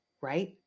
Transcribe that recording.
right